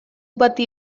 bati